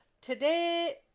today